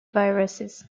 viruses